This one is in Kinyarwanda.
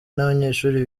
n’abanyeshuri